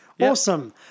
Awesome